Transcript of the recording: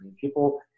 People